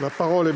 La parole